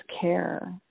care